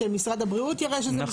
שמשרד הבריאות יראה שזה מסוכן.